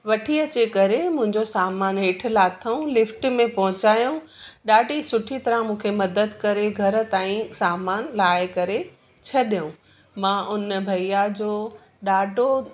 वठी अची करे मुंहिंजो सामान हेठि लाथऊं लिफ्ट में पहुचयाऊं ॾाढी सुठी तरह मूंखे मदद करे घरु ताईं सामान लाहे करे छॾियऊं मां उन भईया जो ॾाढो